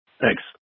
Thanks